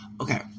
Okay